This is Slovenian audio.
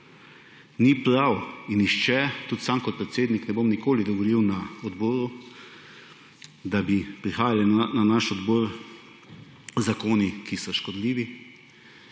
Ni prav in nihče, tudi sam kot predsednik ne bom nikoli dovolil, da bi prihajali na naš odbor zakoni, ki so škodljivi,